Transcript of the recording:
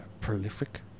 prolific